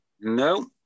No